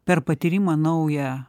per patyrimą naują